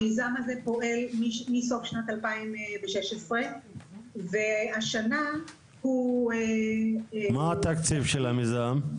המיזם הזה פועל מסוף שנת 2016. מה התקציב של המיזם?